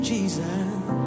Jesus